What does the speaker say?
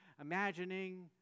imagining